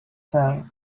fell